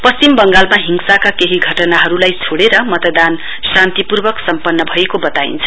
पश्चिम बंगालमा हिंसाका केही घटनाहरूलाई छोडेर मतदान शान्तिपूर्वक सम्पन्न भएको बताइन्छ